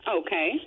Okay